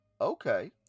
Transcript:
okay